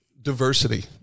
diversity